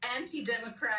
anti-democratic